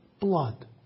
blood